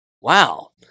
Wow